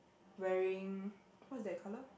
wearing what's that colour